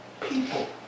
people